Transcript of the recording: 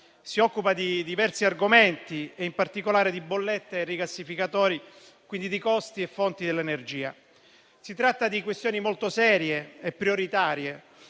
si occupa di diversi argomenti e in particolare di bollette e rigassificatori; quindi, di costi e fonti dell'energia. Si tratta di questioni molto serie e prioritarie,